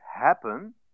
happen